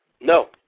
No